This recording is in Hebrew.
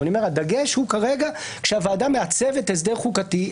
אבל הדגש הוא כרגע כל כך שכאשר הוועדה מעצבת הסדר חוקתי,